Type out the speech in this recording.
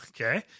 Okay